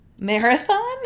Marathon